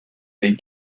des